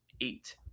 eight